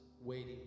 waiting